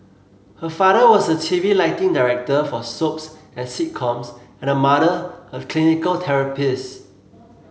her father was a TV lighting director for soaps and sitcoms and her mother a clinical therapist